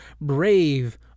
brave